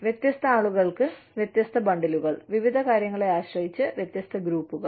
വ്യത്യസ്ത ആളുകൾക്ക് വ്യത്യസ്ത ബണ്ടിലുകൾ വിവിധ കാര്യങ്ങളെ ആശ്രയിച്ച് വ്യത്യസ്ത ഗ്രൂപ്പുകൾ